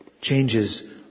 changes